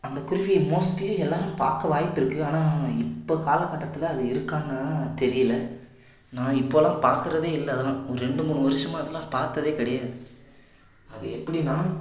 அந்த குருவி மோஸ்ட்லீ எல்லாம் பார்க்க வாய்ப்பிருக்கு ஆனால் இப்போ காலக்கட்டத்தில் அது இருக்கான்னு தெரியல நான் இப்போல்லாம் பார்க்குறதே இல்லை அதெலாம் ஒரு ரெண்டு மூணு வருஷமாக அதெலாம் பார்த்ததே கிடையாது அது எப்படின்னா